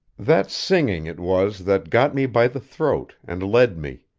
that singing it was that got me by the throat, and led me.